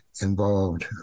involved